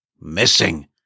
missing